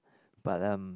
but um